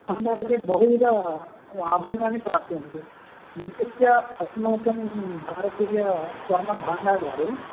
नानाश्चेत् बहुविध आभरणानि प्राप्यन्ते विशिष्य अस्माकं भारतीयस्वर्णभाण्डागारे